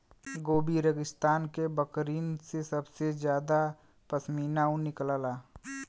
Gobi रेगिस्तान के बकरिन से सबसे जादा पश्मीना ऊन निकलला